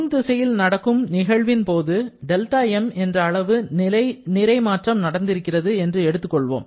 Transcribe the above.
முன் திசையில் நடக்கும் நிகழ்வின் போது δm என்ற அளவு நிறை பரிமாற்றம் நடந்திருக்கிறது என்று எடுத்துக்கொள்வோம்